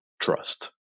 trust